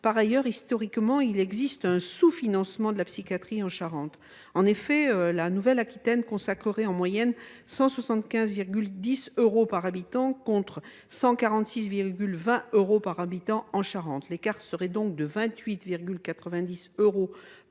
Par ailleurs, historiquement, il existe un sous financement de la psychiatrie en Charente. En effet, la Nouvelle Aquitaine y consacrerait en moyenne 175,10 euros par habitant de la région, mais seulement 146,20 euros par habitant en Charente. L’écart serait donc de 28,90 euros par habitant,